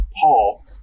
Paul